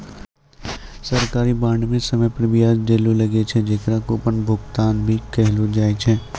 सरकारी बांड म समय पर बियाज दैल लागै छै, जेकरा कूपन भुगतान भी कहलो जाय छै